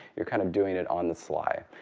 you're kind of doing it on the sly.